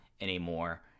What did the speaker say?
anymore